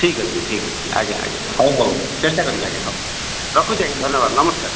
ଠିକ ଅଛି ଠିକ ଅଛି ଆଜ୍ଞା ଆଜ୍ଞା ହଉ ହଉ ଚେଷ୍ଟା କରିବି ଆଜ୍ଞା ହଉ ରଖୁଛି ଆଜ୍ଞା ଧନ୍ୟବାଦ ନମସ୍କାର